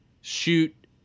shoot